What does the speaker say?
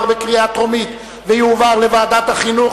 לדיון מוקדם בוועדת החינוך,